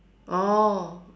oh